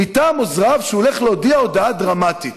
מטעם עוזריו שהוא הולך להודיע הודעה דרמטית.